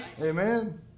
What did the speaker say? Amen